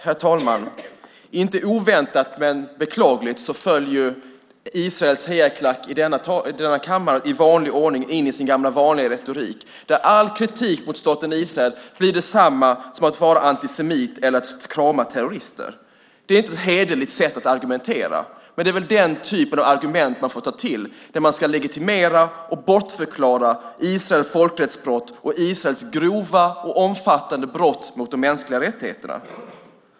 Herr talman! Inte oväntat men beklagligt faller Israels hejaklack i denna kammare i vanlig ordning in i sin gamla retorik där all kritik mot staten Israel blir detsamma som att vara antisemit eller att krama terrorister. Det är inte ett hederligt sätt att argumentera. Men det är väl den typen av argument man får ta till när man ska legitimera och bortförklara Israels folkrättsbrott och Israels grova och omfattande brott mot de mänskliga rättigheterna.